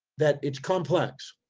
that it's complex,